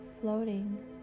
floating